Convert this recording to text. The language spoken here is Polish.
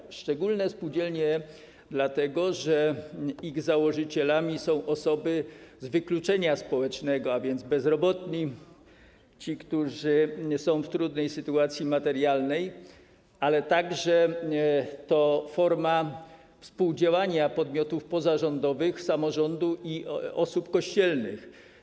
Są one szczególnymi spółdzielniami, dlatego że ich założycielami są osoby z wykluczenia społecznego, a więc bezrobotni, ci, którzy są w trudnej sytuacji materialnej, ale także to forma współdziałania podmiotów pozarządowych, samorządu i osób kościelnych.